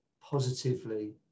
positively